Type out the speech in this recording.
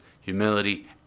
humility